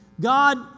God